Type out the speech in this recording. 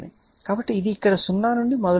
కాబట్టి ఇది ఇక్కడ 0 నుండి మొదలవుతుంది